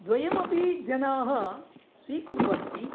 द्वयमपि जनाः स्वीकुर्वन्ति